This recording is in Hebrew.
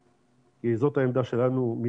ואני שמח שהוא הצטרף לדעתנו,